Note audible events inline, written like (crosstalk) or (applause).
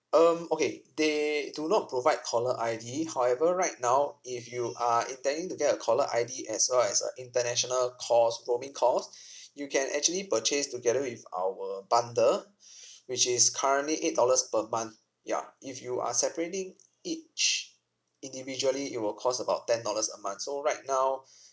um okay they do not provide caller I_D however right now if you are intending to get a caller I_D as well as uh international calls roaming calls you can actually purchase together with our bundle (breath) which is currently eight dollars per month ya if you are separating each individually it will cost about ten dollars a month so right now